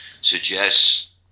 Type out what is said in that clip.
suggests